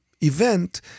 event